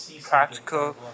practical